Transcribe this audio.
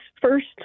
first